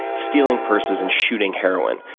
stealing purses, and shooting heroin.